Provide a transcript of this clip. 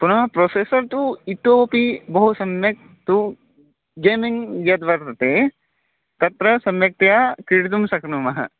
पुनः प्रोसेसर् तु इतोपि बहु सम्यक् तु गेमिङ्ग् यद्वर्तते तत्र सम्यक्तया क्रीडितुं शक्नुमः